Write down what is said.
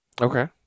Okay